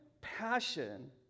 passion